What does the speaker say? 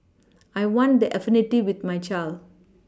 I want that affinity with my child